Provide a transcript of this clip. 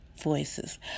Voices